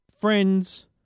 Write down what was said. friends